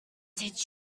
did